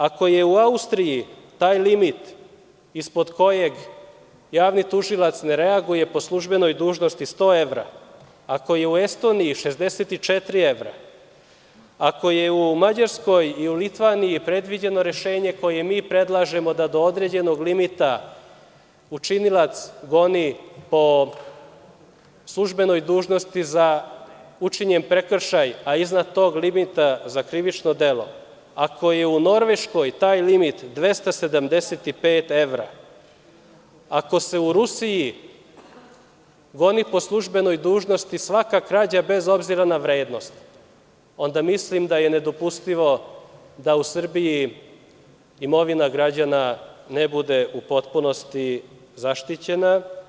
Ako je u Austriji taj limit ispod kojeg javni tužilac ne reaguje po službenoj dužnosti 100 evra, ako je u Estoniji 64 evra, ako je u Mađarskoj i u Litvaniji predviđeno rešenje koje mi predlažemo da do određenog limita učinilac goni po službenoj dužnosti za učinjen prekršaj a iznad tog limita za krivično delo, ako je u Norveškoj taj limit 275 evra, ako se u Rusiji goni po službenoj dužnosti svaka krađa bez obzira na vrednost, onda mislim da je nedopustivo da u Srbiji imovina građana ne bude u potpunosti zaštićena.